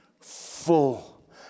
full